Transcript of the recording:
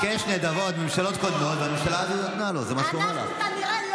אנחנו נמשיך,